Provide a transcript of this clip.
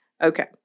Okay